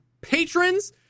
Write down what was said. patrons